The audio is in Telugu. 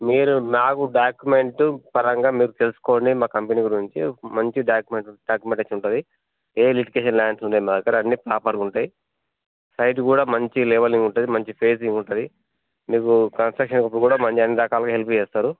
మీరు నాకు డాక్యుమెంట్ పరంగా మీరు తెలుసుకోండి మా కంపెనీ గురించి మంచి డాక్యుమెంట్ డాక్యుమెంటేషన్ ఉంటది ఏ వెరిఫికేషన్ లేకుండా మాదగ్గర అన్నీ ప్రాపర్గుంటయి సైట్ గూడా మంచి లెవెలింగ్ ఉంటది మంచి ఫేసింగ్ ఉంటది మీకు కన్స్ట్రక్షన్ వరకు కుడా మంది ఎందాకాలం హెల్ప్ చేస్తారు